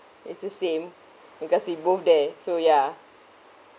it's the same because you both there so ya